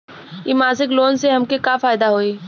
इ मासिक लोन से हमके का फायदा होई?